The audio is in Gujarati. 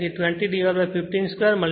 તેથી 20 15 2 0